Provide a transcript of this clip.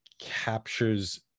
captures